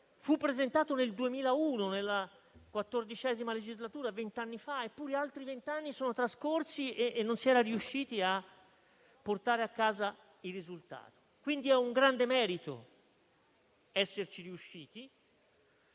fu presentato nel 2001, nella XIV legislatura, vent'anni fa, eppure altri vent'anni sono trascorsi e non si è riusciti a portare a casa il risultato. È dunque un grande merito esserci riusciti.